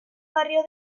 barrio